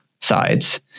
sides